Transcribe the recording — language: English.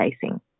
facing